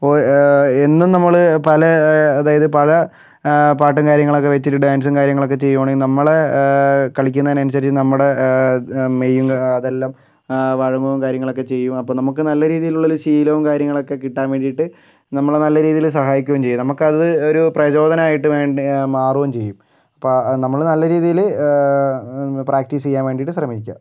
അപ്പോൾ എന്നും നമ്മൾ പല അതായത് പല പാട്ടും കാര്യങ്ങളൊക്കെ വെച്ചിട്ട് ഡാൻസും കാര്യങ്ങളൊക്കെ ചെയ്യുകയാണെങ്കിൽ നമ്മളുടെ കളിക്കുന്നതിനനുസരിച്ച് നമ്മുടെ മെയ്യും അതെല്ലാം വഴങ്ങുവോം കാര്യങ്ങളൊക്കെ ചെയ്യും അപ്പം നമുക്ക് നല്ല രീതിയിലുള്ളൊരു ശീലവും കാര്യങ്ങളൊക്കെ കിട്ടാൻ വേണ്ടിയിട്ട് നമ്മളെ നല്ല രീതിയിൽ സഹായിക്കുവോം ചെയ്യും നമുക്കത് ഒരു പ്രചോദനമായിട്ട് വേണ്ടി മാറുവോം ചെയ്യും അപ്പം നമ്മൾ നല്ല രീതിയിൽ പ്രാക്റ്റീസ് ചെയ്യാൻ വേണ്ടിയിട്ട് ശ്രമിക്കുക